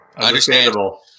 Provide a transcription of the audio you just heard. Understandable